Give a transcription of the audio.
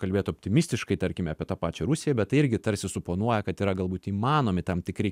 kalbėt optimistiškai tarkime apie tą pačią rusiją bet tai irgi tarsi suponuoja kad yra galbūt įmanomi tam tikri